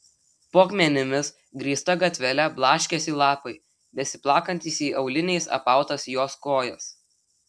po akmenimis grįstą gatvelę blaškėsi lapai besiplakantys į auliniais apautas jos kojas